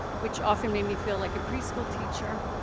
which often made me feel like a preschool teacher,